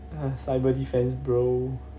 cyber defence bro